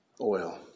oil